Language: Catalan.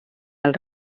els